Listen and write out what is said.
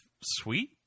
sweet